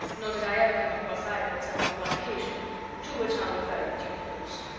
nor did i ever come across either, except on one occasion to which i'll refer in due course.